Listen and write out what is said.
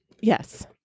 yes